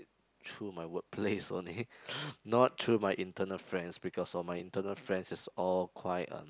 through my work place only not through my internal friends because all my internal friends is all quite um